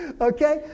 Okay